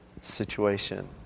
situation